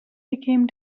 became